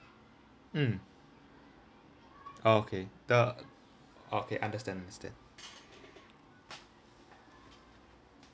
mm okay the okay understand understand